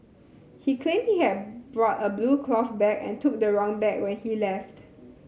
he claimed he had brought a blue cloth bag and took the wrong bag when he left